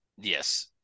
yes